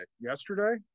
Yesterday